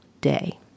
day